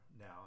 now